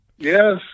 Yes